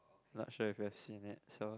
not sure if you have seen it so